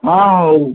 ହଁ ହଉ